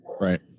Right